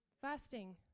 Fasting